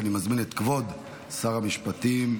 אלה שפינו אותם,